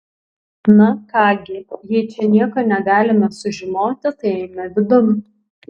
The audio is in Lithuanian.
na ką gi jei čia nieko negalime sužinoti tai eime vidun